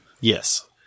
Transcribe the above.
Yes